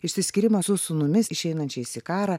išsiskyrimas su sūnumis išeinančiais į karą